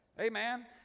Amen